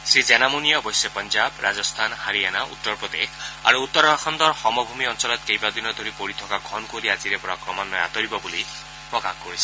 শ্ৰী জেনামনীয়ে অৱশ্যে পঞ্জাব ৰাজস্থান হাৰিয়ানা উত্তৰ প্ৰদেশ আৰু উত্তৰাখণ্ডৰ সমভূমি অঞ্চলত কেইবাদিনো ধৰি পৰি থকা ঘন কূঁৱলী আজিৰে পৰা ক্ৰমান্নয়ে আঁতৰিব বুলি প্ৰকাশ কৰিছে